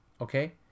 okay